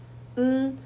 um